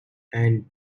and